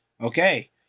Okay